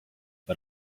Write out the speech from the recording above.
but